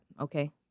Okay